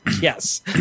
Yes